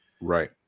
right